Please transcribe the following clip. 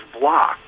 blocked